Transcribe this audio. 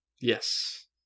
Yes